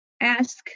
ask